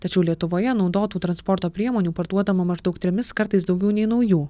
tačiau lietuvoje naudotų transporto priemonių parduodama maždaug trimis kartais daugiau nei naujų